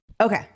Okay